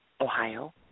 Ohio